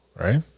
right